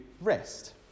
rest